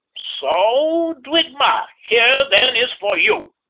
so dhuit maat! here then is for you,